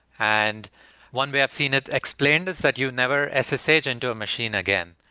and one way of seeing it explained is that you never associate into a machine again.